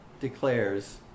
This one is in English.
declares